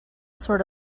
sort